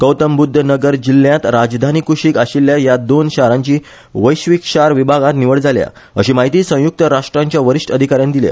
गौतम बुध्द नगर जिल्यांत राजधानी कुशीक आशिल्ल्या ह्या दोन शारांची वैश्वीक शार विभागांत निवड जाल्या अशी म्हायती संयुक्त राष्ट्रांच्या वरिष्ट अधिकाऱ्यान दिल्या